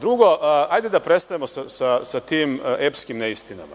Drugo, hajde da prestanemo sa tim epskim neistinama.